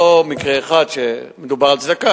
לא מקרה אחד שמדובר על צדקה,